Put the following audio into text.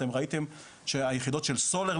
אתם ראיתי שהיחידות של סולר,